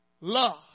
love